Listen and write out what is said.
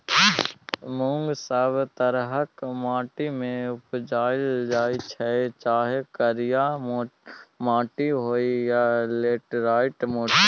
मुँग सब तरहक माटि मे उपजाएल जाइ छै चाहे करिया माटि होइ या लेटेराइट माटि